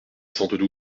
soixante